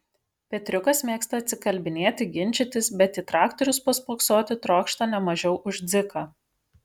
petriukas mėgsta atsikalbinėti ginčytis bet į traktorius paspoksoti trokšta ne mažiau už dziką